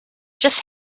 just